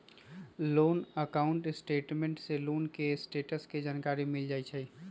loan account statement से loan के status के जानकारी मिल जाइ हइ